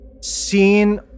seen